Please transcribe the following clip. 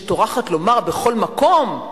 שטורחת לומר בכל מקום,